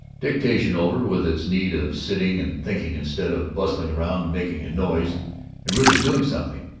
dictation over, with its need of sitting and thinking instead of bustling around and making a noise and really doing something,